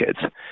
kids